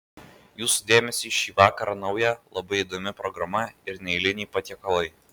jūsų dėmesiui šį vakarą nauja labai įdomi programa ir neeiliniai patiekalai